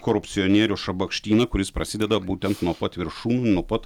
korupcionierių šabakštyną kuris prasideda būtent nuo pat viršunių nuo pat